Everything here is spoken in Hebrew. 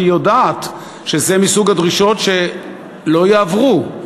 כי היא יודעת שזה מסוג הדרישות שלא יעברו,